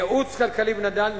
ייעוץ כלכלי ונדל"ן,